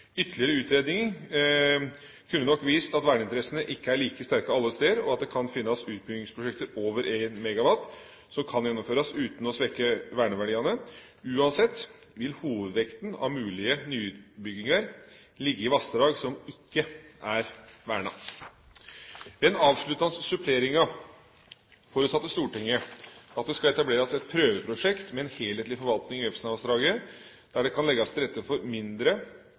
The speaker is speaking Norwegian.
Ytterligere utredninger kunne nok vist at verneinteressene ikke er like sterke alle steder, og at det kan finnes utbyggingsprosjekter over 1 MW som kan gjennomføres uten å svekke verneverdiene. Uansett vil hovedvekten av mulige nyutbygginger ligge i vassdrag som ikke er vernet. Ved den avsluttende suppleringa forutsatte Stortinget at det skal etableres et prøveprosjekt med en helhetlig forvaltning i Vefsnavassdraget der det kan legges til rette for mindre,